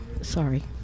sorry